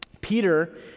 Peter